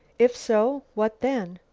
if so, what then?